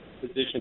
position